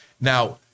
Now